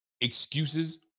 excuses